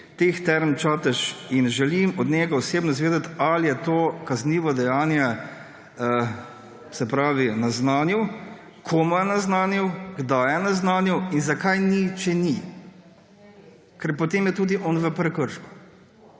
teh Term Čatež. In želim od njega osebno izvedeti, ali je to kaznivo dejanje naznanil, komu je naznanil, kdaj je naznanil in zakaj ni, če ni. Ker potem je tudi on v prekršku.